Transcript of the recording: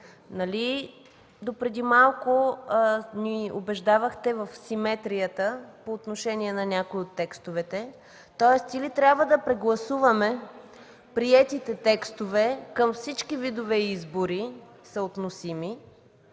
допреди малко ни убеждавахте в симетрията по отношение на някои от текстовете. Тоест или трябва да прегласуваме приетите текстове съотносими към всички видове избори, или